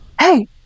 hey